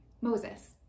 moses